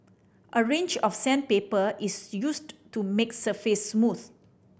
a range of sandpaper is used to make the surface smooth